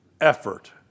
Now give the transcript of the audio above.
effort